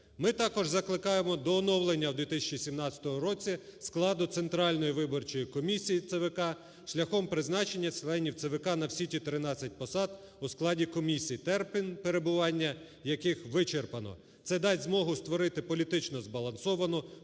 Ми також закликаємо до оновлення в 2017 році складу Центральної виборчої комісії (ЦВК) шляхом призначення членів ЦВК на всі ті 13 посад у складі комісії, термін перебування яких вичерпано. Це дасть змогу створити політично збалансовану